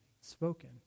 spoken